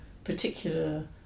particular